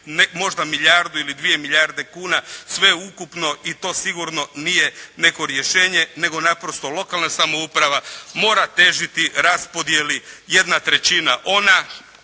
možda milijardu ili dvije milijarde kuna sveukupno i to sigurno nije neko rješenje nego naprosto lokalna samouprava mora težiti raspodjeli jedna trećina ona